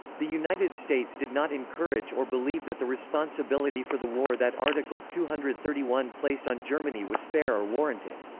the united states did not encourage or believe that the responsibility for the war that article two hundred and thirty one placed on germany was fair or warranted.